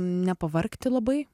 nepavargti labai